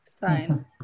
fine